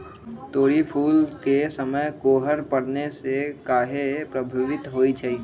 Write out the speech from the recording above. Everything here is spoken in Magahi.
तोरी फुल के समय कोहर पड़ने से काहे पभवित होई छई?